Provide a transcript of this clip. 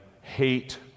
hate